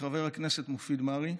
וחבר הכנסת מופיד מרעי,